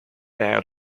out